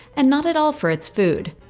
and not at all for its food.